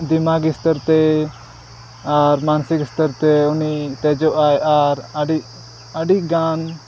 ᱫᱤᱢᱟᱜᱽ ᱥᱛᱚᱨᱛᱮ ᱟᱨ ᱢᱟᱱᱥᱤᱠ ᱥᱛᱚᱨᱛᱮ ᱩᱱᱤ ᱫᱮᱡᱚᱜ ᱟᱭ ᱟᱨ ᱟᱹᱰᱤ ᱟᱹᱰᱤᱜᱟᱱ